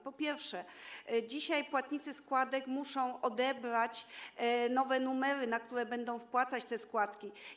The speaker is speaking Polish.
Po pierwsze, dzisiaj płatnicy składek muszą odebrać nowe numery, na które będą opłacać te składki.